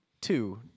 two